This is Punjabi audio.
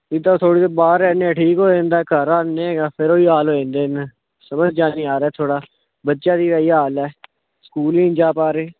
ਜਿੱਦਾਂ ਥੋੜ੍ਹੀ ਦੇਰ ਬਾਹਰ ਰਹਿੰਦੇ ਹਾਂ ਠੀਕ ਹੋ ਜਾਂਦਾ ਘਰ ਆਂਦੇ ਹੈਗਾ ਫਿਰ ਉਹ ਹੀ ਹਾਲ ਹੋ ਜਾਂਦੇ ਅਨ ਸਮਝ ਜਿਹਾ ਨਹੀਂ ਆ ਰਿਹਾ ਥੋੜ੍ਹਾ ਬੱਚਿਆਂ ਦੇ ਇਹੀ ਹਾਲ ਹੈ ਸਕੂਲ ਹੀ ਨਹੀਂ ਜਾ ਪਾ ਰਹੇ